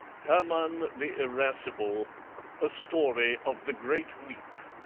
hermann the irascible a story of the great weep